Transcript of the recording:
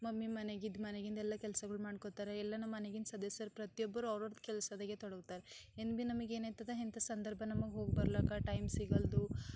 mummy ಮನೆಗಿದ್ದು ಮನೆಗಿಂದೆಲ್ಲ ಕೆಲ್ಸಗಳು ಮಾಡ್ಕೊತಾರೆ ಎಲ್ಲ ನಮ್ಮನೆಗಿನ ಸದಸ್ಯರು ಪ್ರತಿಯೊಬ್ಬರೂ ಅವ್ರವ್ರ್ದು ಕೆಲ್ಸದಾಗೆ ತೊಡಗ್ತಾರೆ ಎಂದು ಭಿ ನಮಗೆ ಏನು ಆಯ್ತದೆ ಇಂಥ ಸಂದರ್ಭ ನಮಗೆ ಹೋಗಿ ಬರ್ಲಾಕ ಟೈಮ್ ಸಿಗಲ್ದು